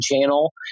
channel